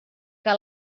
que